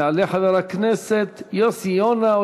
יעלה חבר הכנסת יוסי יונה,